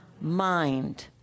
mind